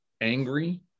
angry